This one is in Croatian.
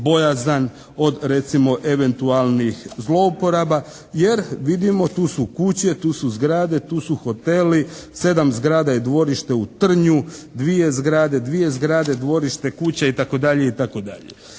bojazan od recimo eventualnih zlouporaba. Jer vidimo tu su kuće, tu su zgrade, tu su hoteli, 7 zgrada i dvorište u Trnju, dvije zgrade, dvije zgrade, dvorište, kuća itd.,